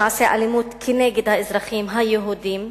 במעשי אלימות נגד אזרחים יהודים,